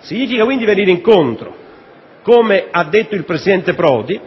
significa quindi venire incontro, come ha detto il presidente Prodi,